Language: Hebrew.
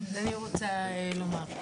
אז אני רוצה לומר.